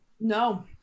No